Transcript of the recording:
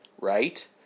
Right